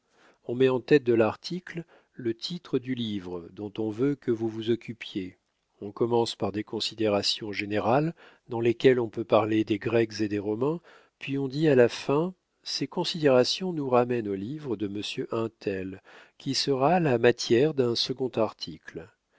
on met en tête de l'article le titre du livre dont on veut que vous vous occupiez on commence par des considérations générales dans lesquelles on peut parler des grecs et des romains puis on dit à la fin ces considérations nous ramènent au livre de monsieur un tel qui sera la matière d'un second article